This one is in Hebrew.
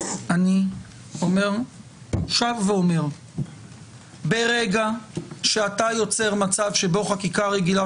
אני שב ואומר שברגע שאתה יוצר מצב שבו חקיקה רגילה